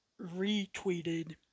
retweeted